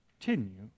continue